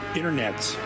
internets